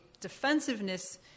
defensiveness